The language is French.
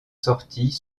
sortis